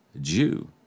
Jew